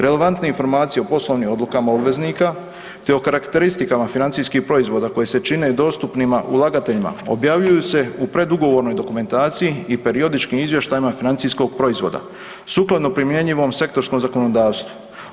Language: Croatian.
Relevantne informacije o poslovnim odlukama obveznika te o karakteristikama financijskih proizvoda koji se čine dostupnima ulagateljima, objavljuju se u predugovornoj dokumentaciji i periodičkih izvještajima financijskog proizvoda sukladno primjenjivom sektorskom zakonodavstvu.